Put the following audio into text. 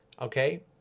okay